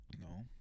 No